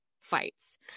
fights